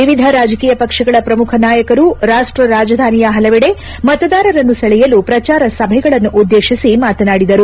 ವಿವಿಧ ರಾಜಕೀಯ ಪಕ್ಷಗಳ ಪ್ರಮುಖ ನಾಯಕರು ರಾಷ್ಟ ರಾಜಧಾನಿಯ ಪಲವೆಡೆ ಮತದಾರರನ್ನು ಸೆಳೆಯಲು ಪ್ರಚಾರ ಸಭೆಗಳನ್ನು ಉದ್ಗೇತಿಸಿ ಮಾತನಾಡಿದರು